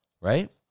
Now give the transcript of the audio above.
right